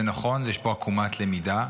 זה נכון, יש פה עקומת למידה,